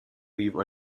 leave